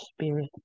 Spirit